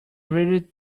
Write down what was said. really